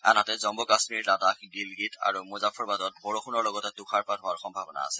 আনহাতে জম্মু কাশ্মীৰ লাডাখ গিলগিট আৰু মুজাফৰবাদত বৰষণৰ লগতে তুষাৰপাত হোৱাৰ সম্ভাৱনা আছে